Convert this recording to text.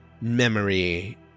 memory